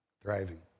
thriving